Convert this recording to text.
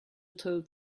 told